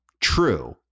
true